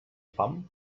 fam